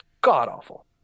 god-awful